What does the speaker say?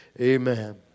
Amen